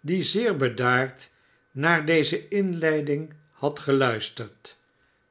die zeer bedaard naar deze inleiding had geluisterd